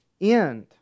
end